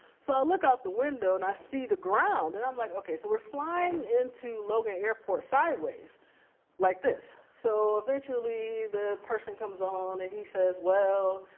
so i look out the window and i see the ground. and i'm like okay, so we're flying into logan airport sideways like this. so eventually the person comes on and he says well,